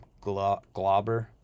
Globber